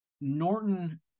Norton